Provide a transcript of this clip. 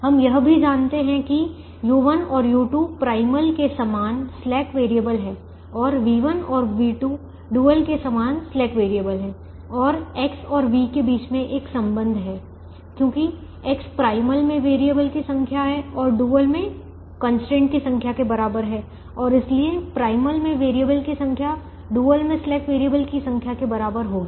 हम यह भी जानते हैं कि U1 और U2 प्राइमल के समान स्लैक वैरिएबल हैं और V1 और V2 डुअल के समान स्लैक वैरिएबल हैं और X और V के बीच एक संबंध है क्योंकि X प्राइमल में वैरिएबल की संख्या है जो डुअल में कंस्ट्रेंट की संख्या के बराबर है और इसलिए प्राइमल में वैरिएबल की संख्या डुअल में स्लैक वैरिएबल की संख्या के बराबर होगी